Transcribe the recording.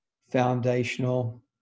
foundational